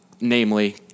namely